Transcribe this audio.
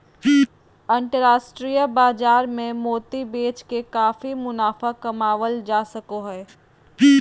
अन्तराष्ट्रिय बाजार मे मोती बेच के काफी मुनाफा कमावल जा सको हय